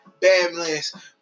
badlands